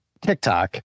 TikTok